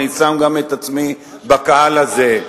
אני שם גם את עצמי בקהל הזה.